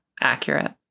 Accurate